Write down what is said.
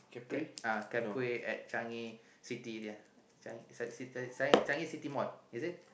Cap~ Capri at Changi City there Changi City Mall is it